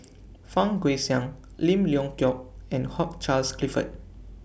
Fang Guixiang Lim Leong Geok and Hugh Charles Clifford